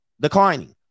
declining